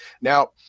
Now